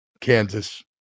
Kansas